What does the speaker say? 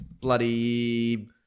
bloody